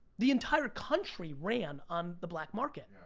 the entire country ran on the black market.